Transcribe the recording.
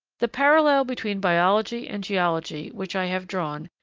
the parallel between biology and geology, which i have drawn,